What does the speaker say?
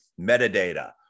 metadata